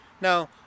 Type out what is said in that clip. Now